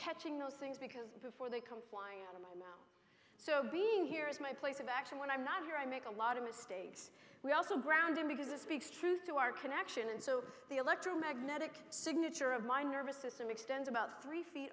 catching those things because before they come flying out of my so being here is my place of action when i'm not here i make a lot of mistakes we also grounding because it speaks truth to our connection and so the electromagnetic signature of my nervous system extends about three feet